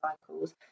cycles